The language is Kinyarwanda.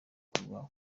kanwa